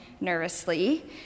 nervously